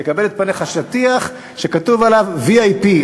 יקבל את פניך שטיח שכתוב עליו VIP,